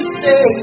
say